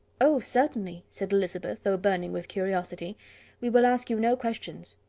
oh! certainly, said elizabeth, though burning with curiosity we will ask you no questions.